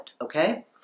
okay